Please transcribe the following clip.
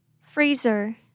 Freezer